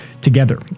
together